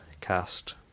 cast